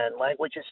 language